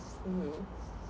mmhmm